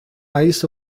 eyes